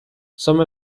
some